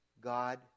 God